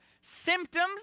symptoms